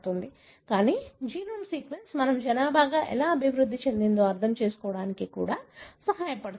కానీ genome sequence మనం జనాభాగా ఎలా అభివృద్ధి చెందిందో అర్థం చేసుకోవడానికి కూడా సహాయపడుతుంది